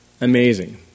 amazing